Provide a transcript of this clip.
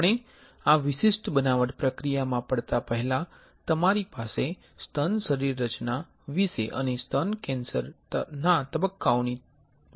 આપણે આ વિશિષ્ટ બનાવટ પ્રક્રિયા માં પડતા પહેલા તમારી પાસે સ્તન શરીરરચના વિશે અને સ્તન કેન્સર ના તબક્કાઓની બરાબર માહીતિ હોવી જોઈએ